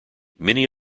many